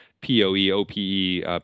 P-O-E-O-P-E